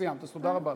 אז תודה רבה לך.